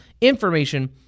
information